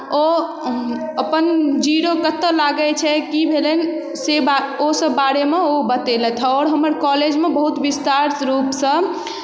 ओ अपन जीरो कतय लागै छै की भेलनि से बा ओसभ बारेमे ओ बतेलथि हे आओर हमर कॉलेजमे बहुत विस्तार रूपसँ